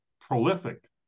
prolific